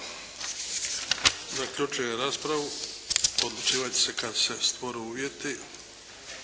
Zaključujem raspravu. Odlučivat će se kad se stvore uvjeti.